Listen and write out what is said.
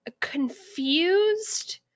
confused